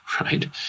right